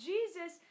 Jesus